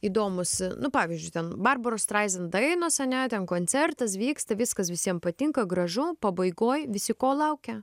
įdomus nu pavyzdžiui ten barbaros straizen dainos ane ten koncertas vyksta viskas visiem patinka gražu pabaigoj visi ko laukia